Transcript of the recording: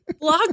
blog